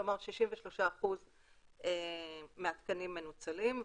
כלומר 63% מהתקנים מנוצלים,